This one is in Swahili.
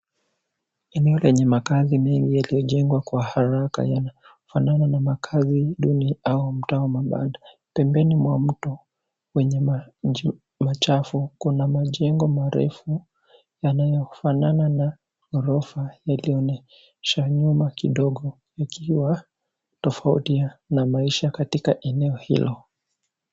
Eneo lenye makazi mengi yaliyojengwa kwa haraka yanafanana na makazi duni au mtaa wa mabanda. Pembeni mwa mto wenye maji machafu kuna majengo marefu yanayofanana na ghorofa yaliyoonyesha nyuma kidogo ikiwa tofauti ya maisha katika eneo hilo.